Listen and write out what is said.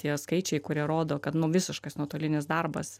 tie skaičiai kurie rodo kad nu visiškas nuotolinis darbas